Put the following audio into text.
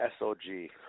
SOG